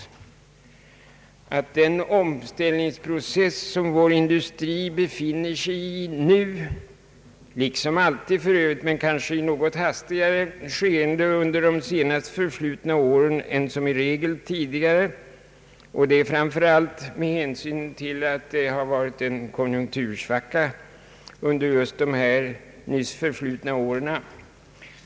Vår industri befinner sig i en omställningsprocess. Det gör den visserligen alltid, men tempot har varit hastigare under de senast förflutna åren, framför allt beroende på den konjunktursvacka som inträtt just under dessa år.